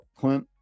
Clint